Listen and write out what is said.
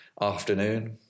afternoon